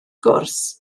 gwrs